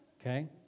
okay